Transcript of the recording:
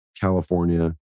California